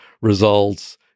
results